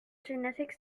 genetics